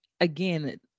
again